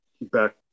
back